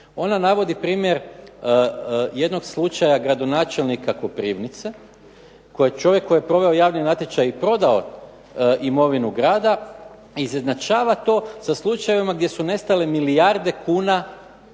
Ona navodi primjer jednog slučaja gradonačelnika Koprivnice koji je čovjek koji je proveo javni natječaj i prodao imovinu grada, izjednačava to sa slučajevima gdje su nestale milijarde kuna